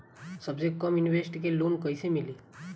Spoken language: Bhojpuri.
सबसे कम इन्टरेस्ट के लोन कइसे मिली?